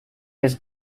his